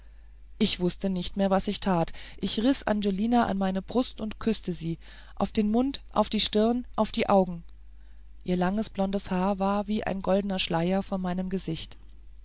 ich wußte nicht mehr was ich tat ich riß angelina an meine brust und küßte sie auf den mund auf die stirn auf die augen ihr blondes haar lag wie ein goldner schleier vor meinem gesicht